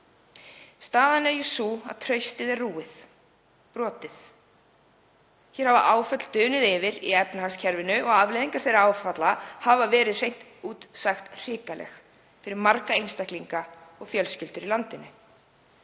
Staðan er sú að traustið er brotið. Áföll hafa dunið yfir í efnahagskerfinu og afleiðingar þeirra áfalla hafa hreint út sagt verið hrikalegar fyrir marga einstaklinga og fjölskyldur í landinu.